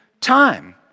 time